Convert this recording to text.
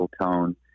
tone